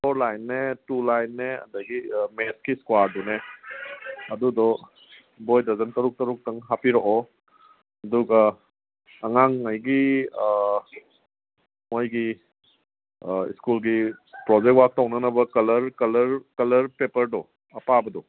four ꯂꯥꯏꯟꯅꯦ two ꯂꯥꯏꯟꯅꯦ ꯑꯗꯒꯤ ꯑꯥ ꯃꯦꯠꯀꯤ ꯏꯁꯀ꯭ꯋꯥꯔꯗꯨꯅꯦ ꯑꯗꯨꯗꯣ ꯕꯣꯏ ꯗꯔꯖꯟ ꯇꯔꯨꯛ ꯇꯔꯨꯛꯇꯪ ꯍꯥꯞꯄꯤꯔꯛꯑꯣ ꯑꯗꯨꯒ ꯑꯉꯥꯡꯉꯩꯒꯤ ꯑꯥ ꯃꯣꯏꯒꯤ ꯑꯥ ꯁ꯭ꯀꯨꯜꯒꯤ ꯄ꯭ꯔꯣꯖꯦꯛ ꯋꯥꯛ ꯇꯧꯅꯅꯕ ꯀꯂꯔ ꯄꯦꯄꯔꯗꯣ ꯑꯄꯥꯕꯗꯣ